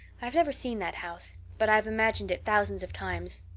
i've never seen that house, but i've imagined it thousands of times.